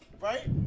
Right